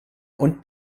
und